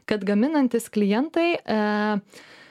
kad gaminantys klientai eee